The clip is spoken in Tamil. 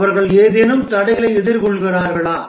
அவர்கள் ஏதேனும் தடைகளை எதிர்கொள்கிறார்களா